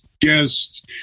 guest